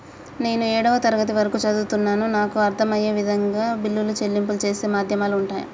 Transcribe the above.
నేను ఏడవ తరగతి వరకు చదువుకున్నాను నాకు అర్దం అయ్యే విధంగా బిల్లుల చెల్లింపు చేసే మాధ్యమాలు ఉంటయా?